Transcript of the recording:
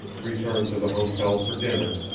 returned to the hotel for dinner,